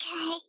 Okay